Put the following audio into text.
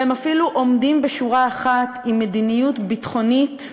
והם אפילו עומדים בשורה אחת עם מדיניות ביטחונית,